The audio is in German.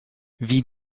wie